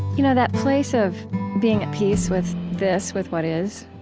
you know, that place of being at peace with this, with what is,